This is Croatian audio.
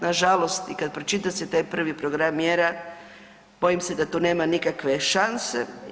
Nažalost i kad pročita se taj prvi program mjera bojim se da tu nema nikakve šanse.